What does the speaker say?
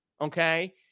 okay